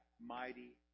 mighty